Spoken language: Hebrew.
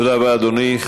תודה רבה, אדוני.